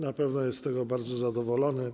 Na pewno jest z tego bardzo zadowolony.